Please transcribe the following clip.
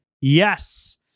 Yes